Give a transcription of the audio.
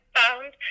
found